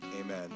Amen